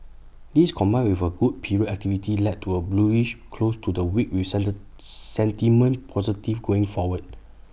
this combined with A good period activity led to A bullish close to the week with centre sentiment positive going forward